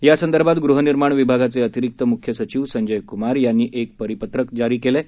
यासंदर्भात गृहनिर्माण विभागाचे अतिरिक्त मुख्य सचिव संजय कुमार यांनी एक परिपत्रक प्रसिद्ध केले आहे